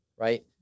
right